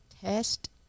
Test